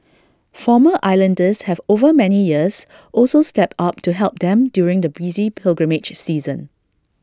former islanders have over many years also stepped up to help them during the busy pilgrimage season